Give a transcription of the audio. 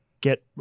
get